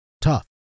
tough